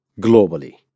globally